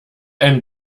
einen